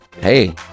hey